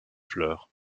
fleurs